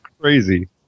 crazy